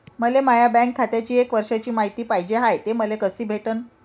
मले माया बँक खात्याची एक वर्षाची मायती पाहिजे हाय, ते मले कसी भेटनं?